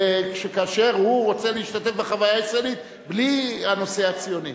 כאשר הוא רוצה להשתתף בחוויה הישראלית בלי הנושא הציוני.